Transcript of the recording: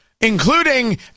including